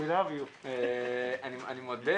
אני מודה